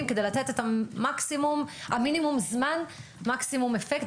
כדי לתת את המינימום זמן ומקסימום אפקט,